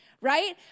right